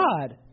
God